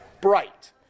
bright